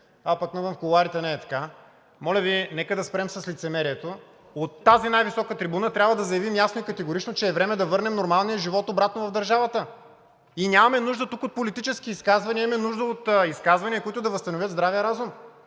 а навън, в кулоарите, не е така. Моля Ви, нека да спрем с лицемерието. От тази най-висока трибуна трябва да заявим ясно и категорично, че е време да върнем нормалния живот обратно в държавата и нямаме нужда тук от политически изказвания, а имаме нужда от изказвания, които да възстановят здравия разум.